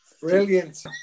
Brilliant